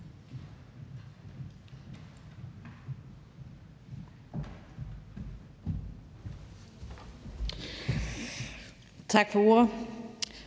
Tak for